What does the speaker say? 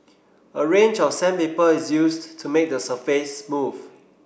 a range of sandpaper is used to make the surface smooth